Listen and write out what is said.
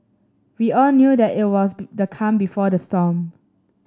we all knew that it was the calm before the storm